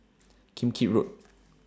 Kim Keat Road